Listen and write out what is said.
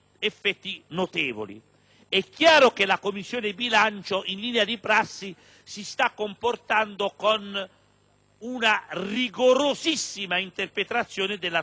notevoli. La Commissione bilancio, in linea di prassi, si sta comportando seguendo una rigorosissima interpretazione dell'articolo 81,